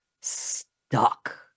stuck